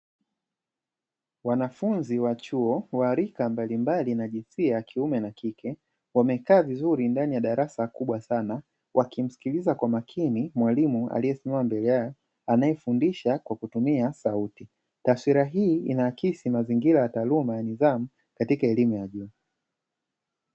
Wanafunzi wa chuo wa rika mbalimbali wa jinsia kiume na kike wamekaa vizuri ndani ya darasa kubwa sana, wakimsikiliza kwa makini mwalimu aliyesimama mbele yao anaefundisha kwa kutumia sauti. Taswira hii inaakisi mazingira ya taaluma na nidhamu katika elimu ya juu.